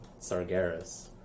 Sargeras